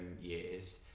years